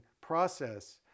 process